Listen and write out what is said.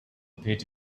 appeared